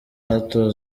hato